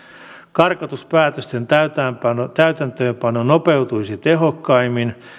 karkotuspäätösten täytäntöönpano täytäntöönpano nopeutuisi tehokkaimmin